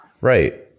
Right